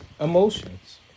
emotions